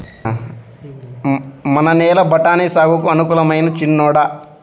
మన నేల బఠాని సాగుకు అనుకూలమైనా చిన్నోడా